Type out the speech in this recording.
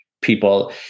people